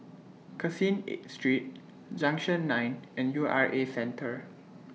Caseen eight Street Junction nine and U R A Centre